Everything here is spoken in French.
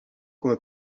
comme